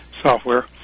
software